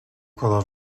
kadar